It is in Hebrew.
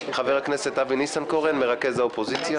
חבר הכנסת אבי ניסנקורן, מרכז האופוזיציה.